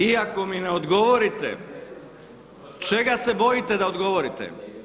Iako mi ne odgovorite, čega se bojite da odgovorite?